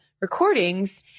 recordings